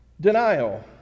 denial